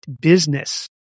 business